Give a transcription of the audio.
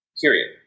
Period